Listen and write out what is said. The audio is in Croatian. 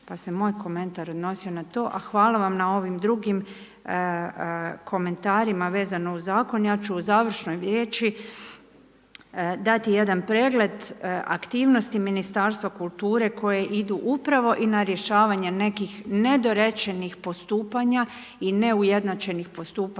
pa se moj komentar odnosio na to, a hvala vam na ovim drugim komentarima vezano uz zakon, ja ću u završnoj riječi dati jedan pregled aktivnosti Ministarstva kulture koji ide upravo i na rješavanje nekih nedorečenih postupanja i neujednačenih postupanja